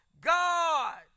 God